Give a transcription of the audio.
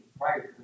prior